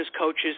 coaches